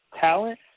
talent